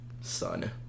son